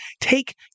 take